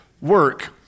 work